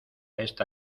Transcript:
esta